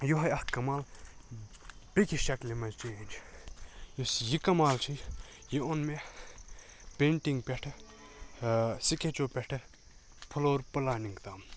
یِہوے اکھ کَمال بیٚکِس شَکلہِ مَنٛز چینٛج یُس یہِ کَمال چھُ یہِ اوٚن مےٚ پینٛٹِنٛگ پیٹھٕ سکیٚچو پیٹھٕ پھلور پلینِنٛگ تام